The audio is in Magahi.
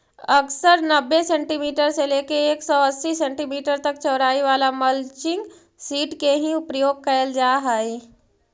अक्सर नब्बे सेंटीमीटर से लेके एक सौ अस्सी सेंटीमीटर तक चौड़ाई वाला मल्चिंग सीट के ही प्रयोग कैल जा हई